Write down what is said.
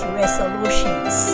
resolutions